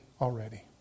already